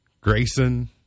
Grayson